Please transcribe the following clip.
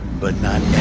but not